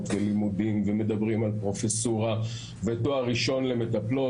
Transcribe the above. ולימודים ומדברים על פרופסורה ותואר ראשון למטפלות.